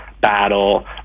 Battle